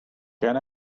can